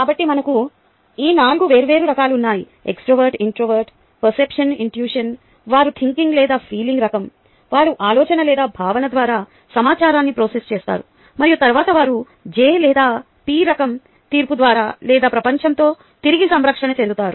కాబట్టి మనకు ఈ 4 వేర్వేరు రకాలు ఉన్నాయి ఎక్స్ట్రావర్ట్ ఇన్ట్రావర్ట్ పర్సెప్షన్ ఇన్ట్యూషన్ వారు థింకింగ్ లేదా ఫీలింగ్ రకం వారు ఆలోచన లేదా భావన ద్వారా సమాచారాన్ని ప్రాసెస్ చేస్తారు మరియు తరువాత వారు J లేదా P రకం తీర్పు ద్వారా లేదా ప్రపంచంతో తిరిగి సంకర్షణ చెందుతారు